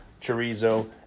chorizo